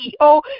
CEO